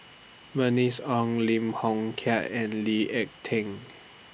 Bernice Ong Lim Hng Kiang and Lee Ek Tieng